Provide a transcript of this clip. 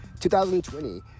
2020